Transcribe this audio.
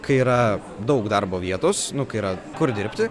kai yra daug darbo vietos nu kai yra kur dirbti